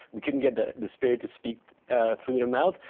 we couldn't get the the spirit to speak through their mouth.